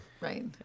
Right